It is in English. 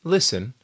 Listen